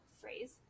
phrase